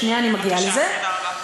שנייה, אני מגיעה לזה,